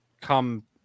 come